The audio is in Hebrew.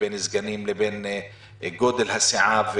בין סגנים לבין גודל הסיעה.